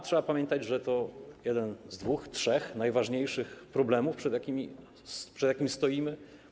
Trzeba pamiętać, że to jeden z dwóch, trzech najważniejszych problemów, przed jakimi stoimy.